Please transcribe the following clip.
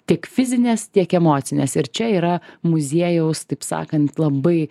tiek fizinės tiek emocinės ir čia yra muziejaus taip sakant labai